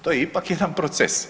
To je ipak jedan proces.